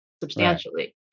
substantially